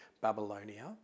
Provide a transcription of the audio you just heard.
Babylonia